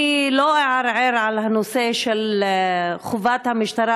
אני לא אערער על הנושא של חובת המשטרה